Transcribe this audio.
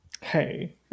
Hey